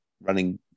running